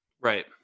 Right